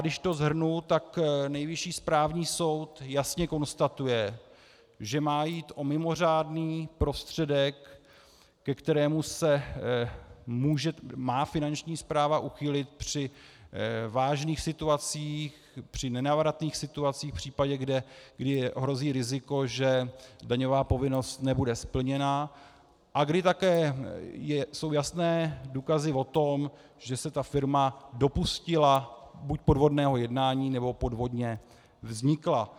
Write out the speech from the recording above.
Když to shrnu, tak Nejvyšší správní soud jasně konstatuje, že má jít o mimořádný prostředek, ke kterému se má Finanční správa uchýlit při vážných situacích, při nenávratných situacích, v případech, kdy hrozí riziko, že daňová povinnost nebude splněna, a kdy také jsou jasné důkazy o tom, že se ta firma dopustila buď podvodného jednání, nebo podvodně vznikla.